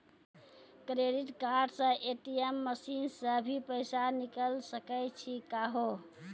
Credit card से ATM machine से भी पैसा निकल सकै छि का हो?